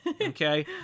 Okay